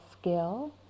skill